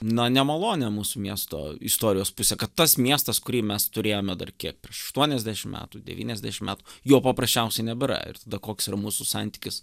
na nemalonią mūsų miesto istorijos pusę kad tas miestas kurį mes turėjome dar kiek prieš aštuoniasdešim metų devyniasdešim metų jo paprasčiausiai nebėra ir tada koks yra mūsų santykis